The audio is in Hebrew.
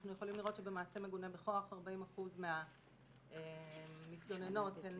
אנחנו יכולים לראות שבמעשה מגונה בכוח 40% מהקטינות הן